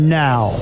now